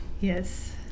Yes